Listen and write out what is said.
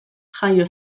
jaio